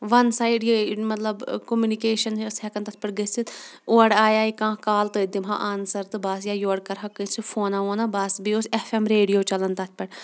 وَن side یِے مطلب communication ٲسۍ ہٮ۪کَان تَتھ پٮ۪ٹھ گٔژھتھ اورٕ آیہِ کانٛہہ کال تٔتھۍ دِمہٕ ہا آنسَر تہٕ بَس یا یورٕ کَرٕہا کٲنٛسہِ فون وونا بَس بیٚیہِ اوس ا ایف ایم ریڈیو چَلان تَتھ پٮ۪ٹھ